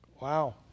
Wow